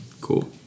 cool